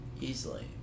Easily